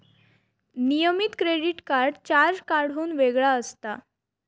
नियमित credit card charge कार्डाहुन वेगळा असता